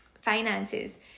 finances